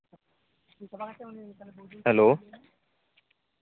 hello